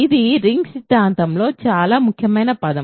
ఇది రింగ్ సిద్ధాంతంలో చాలా ముఖ్యమైన పదం